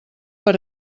per